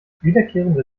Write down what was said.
wiederkehrende